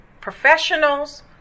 professionals